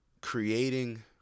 creating